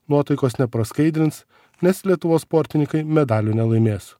nuotaikos nepraskaidrins nes lietuvos sportininkai medalių nelaimės